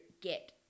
get